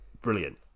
brilliant